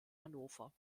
hannover